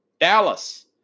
Dallas